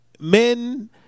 men